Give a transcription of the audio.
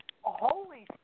Holy